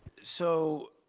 so.